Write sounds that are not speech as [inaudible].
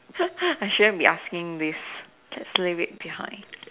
[laughs] I shouldn't be asking this just leave it behind